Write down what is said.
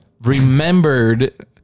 remembered